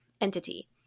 entity